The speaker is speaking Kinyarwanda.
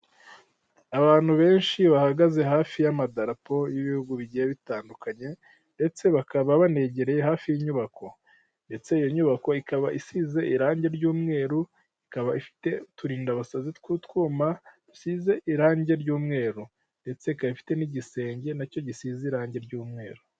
Abantu benshi bahagaze hafi y'amadarapo y'ibihugu bigiye bitandukanye, ndetse bakaba banegereye hafi y'inyubako ndetse iyo nyubako ikaba isize irange ry'umweru, ikaba ifite uturindabasazi tw'utwuma dusize irange ry'umweru, ndetse ikaba ifite n'igisenge na cyo gisize irange ry'umweru.